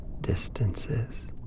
distances